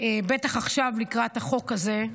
בטח עכשיו לקראת החוק הזה,